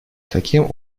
таким